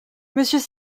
monsieur